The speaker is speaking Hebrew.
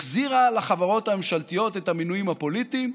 החזירה לחברות הממשלתיות את המינויים הפוליטיים.